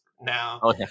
now